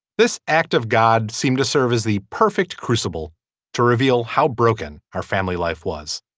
this act of god seem to serve as the perfect crucible to reveal how broken our family life was.